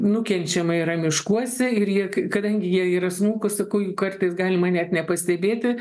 nukenčiama yra miškuose ir jie kadangi jie yra smulkūs sakau jų kartais galima net nepastebėti